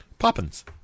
Poppins